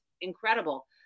incredible